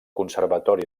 conservatori